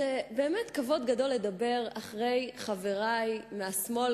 זה באמת כבוד גדול לדבר אחרי חברי מהשמאל,